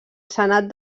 senat